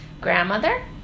grandmother